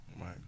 Right